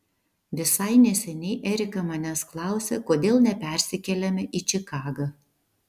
visai neseniai erika manęs klausė kodėl nepersikeliame į čikagą